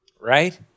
right